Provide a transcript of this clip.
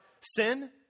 sin